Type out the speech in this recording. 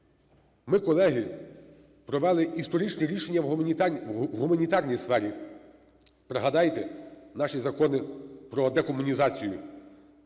Ми, колеги, провели історичні рішення в гуманітарній сфері. Пригадайте наші закони про декомунізацію.